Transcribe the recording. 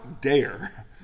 dare